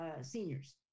seniors